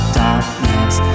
darkness